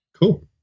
cool